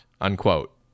unquote